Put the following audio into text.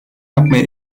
yapmaya